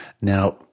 Now